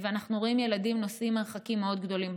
ואנחנו רואים שילדים נוסעים מרחקים מאוד גדולים.